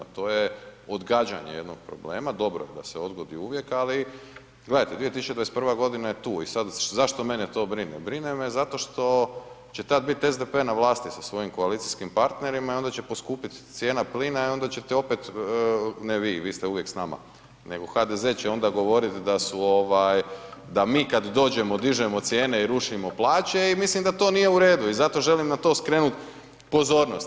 To je odgađanje jednog problema, dobro je da se odgodi uvijek ali gledajte 2021. g. je tu i sad zašto mene to brine, brine me zato što će tad bit SDP na vlasti sa svojim koalicijskim partnerima i onda će poskupjeti cijena plina i onda ćete opet, ne vi, vi ste uvijek s nama, nego HDZ će onda govorit da mi kad dođemo, dižemo cijene i rušimo plaće i mislim da to nije u redu i zato želim na to skrenut pozornost.